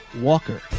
Walker